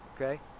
Okay